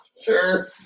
Sure